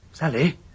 Sally